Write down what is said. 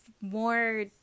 more